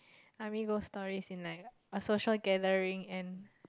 army ghost stories in like a social gathering and